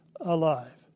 alive